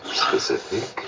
specific